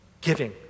giving